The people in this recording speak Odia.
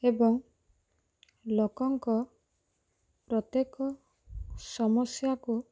ଏବଂ ଲୋକଙ୍କ ପ୍ରତ୍ୟେକ ସମସ୍ୟାକୁ